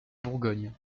bourgogne